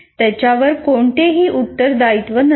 त्याच्यावर कोणतेही उत्तरदायित्व नसते